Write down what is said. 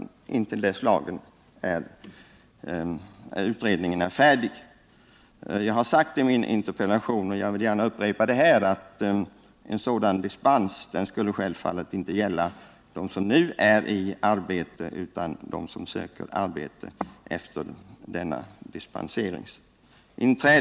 Dispenseringen skulle gälla intill dess utredningen är färdig. Jag har sagt i min interpellation, och jag vill gärna upprepa det här, att en sådan dispensering självfallet inte skulle gälla dem som nu är i arbete utan dem som söker arbete efter det att en dispensering införts.